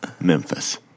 Memphis